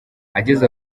ageze